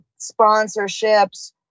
sponsorships